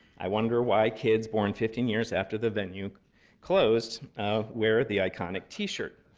i wonder why kids born fifteen years after the venue closed wear the iconic t-shirt,